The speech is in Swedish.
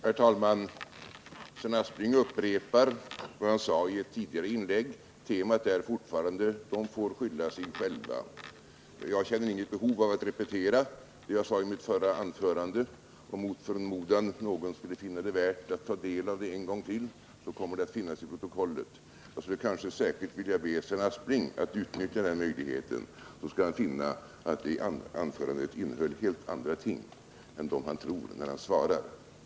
Herr talman! Sven Aspling upprepar vad han sade i ett tidigare inlägg. Temat är fortfarande: De får skylla sig själva. Jag känner inget behov av att repetera det jag sade i mitt förra anförande. Om någon mot förmodan skulle finna det värt att ta del av det en gång till, så kommer det att finnas i protokollet. Jag skulle särskilt vilja be Sven Aspling att utnyttja den möjligheten. Då skall han finna att anförandet innehöll helt andra ting än de han trodde när han svarade.